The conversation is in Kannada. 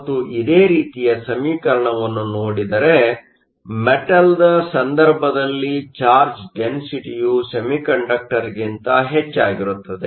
ಮತ್ತು ಇದೇ ರೀತಿಯ ಸಮೀಕರಣವನ್ನು ನೋಡಿದರೆ ಮೆಟಲ್Metalದ ಸಂದರ್ಭದಲ್ಲಿ ಚಾರ್ಜ್ ಡೆನ್ಸಿಟಿಯು ಸೆಮಿಕಂಡಕ್ಟರ್ಕ್ಕಿಂತ ಹೆಚ್ಚಾಗಿರುತ್ತದೆ